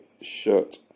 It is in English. shirt